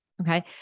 Okay